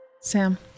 Sam